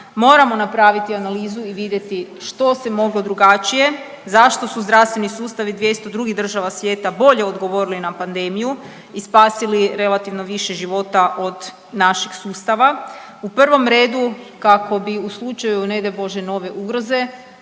Moramo napraviti analizu i vidjeti što se moglo drugačije, zašto su zdravstveni sustavi 200 drugih država svijeta bolje odgovorili na pandemiju i spasili relativno više života od naših sustava? U prvom redu kako bi u slučaju ne daj bože nove ugroze